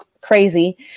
crazy